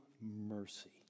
mercy